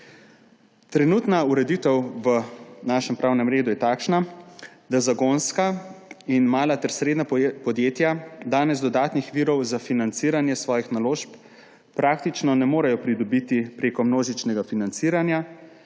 Trenutna ureditev v našem pravnem redu je takšna, da zagonska in mala ter srednja podjetja danes dodatnih virov za financiranje svojih naložb praktično ne morejo pridobiti prek množičnega financiranja,